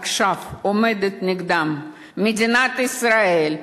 עכשיו עומדת נגדם מדינת ישראל,